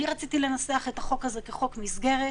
אני רציתי לנסח את החוק הזה כחוק מסגרת,